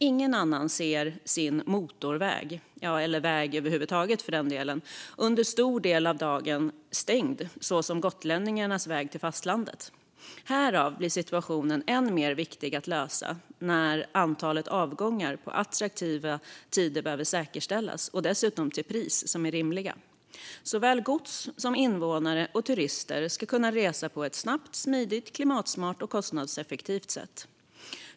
Ingen annanstans ser man sin motorväg - eller väg över huvud taget, för den delen - stängd under en stor del av dagen på samma sätt som gotlänningarnas väg till fastlandet är. Därför är det viktigt att se till att antalet avgångar på attraktiva tider säkerställs, och dessutom till rimliga priser. Såväl gods som invånare och turister ska kunna resa på ett snabbt, smidigt, klimatsmart och kostnadseffektivt sätt.